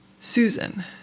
Susan